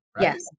Yes